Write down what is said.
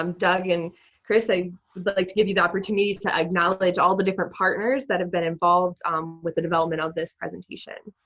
um doug and kris, i would but like to give you the opportunities to acknowledge all the different partners that have been involved with the development of this presentation.